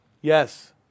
Yes